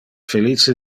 felice